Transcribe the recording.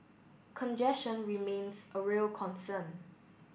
congestion remains a real concern